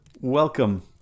Welcome